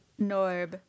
Norb